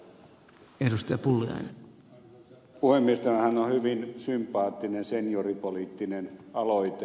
tämähän on hyvin sympaattinen senioripoliittinen aloite